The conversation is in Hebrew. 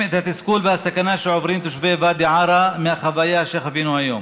את התסכול והסכנה של תושבי ואדי עארה מהחוויה שחווינו היום.